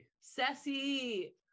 Sassy